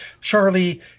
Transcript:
Charlie